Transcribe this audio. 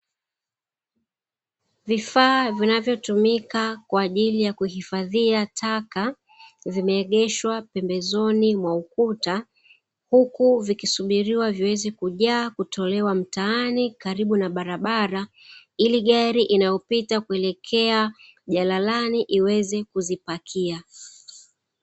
Vifaa vinavyotumika kwa ajili ya kuhifadhia taka zimeegeshwa pembezoni mwa ukuta, huku vikusubiriwa viweze kujaa kutolewa mtaani karibu na barabara ili gari inayopita kuelekea jaralani iweze kuzipakia.